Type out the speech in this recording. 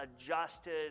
adjusted